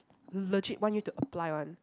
legit want you to apply one